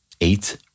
eight